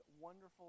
wonderful